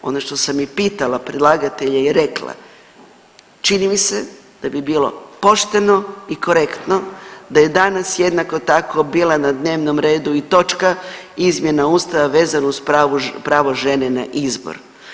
Ono što sam i pitala predlagatelje i rekla čini mi se da bi bilo pošteno i korektno da je danas jednako tako bila na dnevnom redu i točka izmjena Ustava vezano uz pravo žene na izbor.